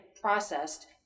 processed